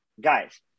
guys